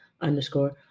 underscore